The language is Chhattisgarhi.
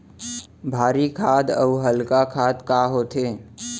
भारी खाद अऊ हल्का खाद का होथे?